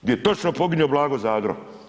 Gdje je točno poginuo Blago Zadro.